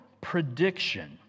prediction